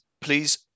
please